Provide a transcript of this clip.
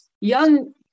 young